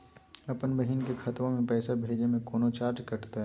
अपन बहिन के खतवा में पैसा भेजे में कौनो चार्जो कटतई?